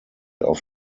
auf